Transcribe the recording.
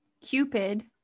Cupid